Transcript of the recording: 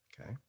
Okay